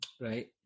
right